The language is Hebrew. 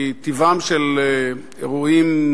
כי טיבם של אירועים,